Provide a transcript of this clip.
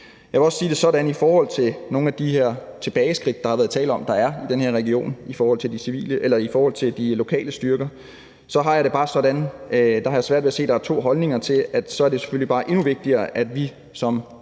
egentlig også for Danmark. I forhold til nogle af de her tilbageskridt, der har været tale om i den her region i forhold til de lokale styrker, vil jeg også sige, at jeg har det sådan, at jeg har svært ved at se, at der kan være to holdninger til, at det så selvfølgelig bare er endnu vigtigere, at vi som